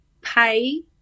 pay